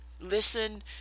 Listen